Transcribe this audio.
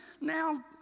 Now